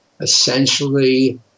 essentially